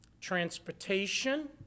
transportation